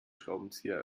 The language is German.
schraubenzieher